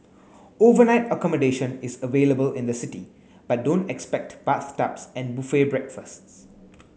overnight accommodation is available in the city but don't expect bathtubs and buffet breakfasts